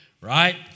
right